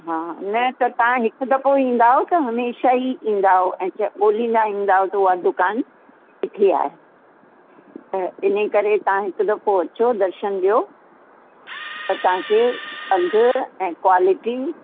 हा न त तव्हां हिकु दफ़ो ईंदव त हमेशह ई ईंदव ऐं ॻोल्हींदा ईंदव त उहा दुकान किथे आहे त इनकरे तव्हां हिकु दफ़ो अचो दर्शन ॾियो त तव्हांखे अघ ऐं क्वॉलिटी